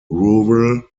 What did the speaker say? rural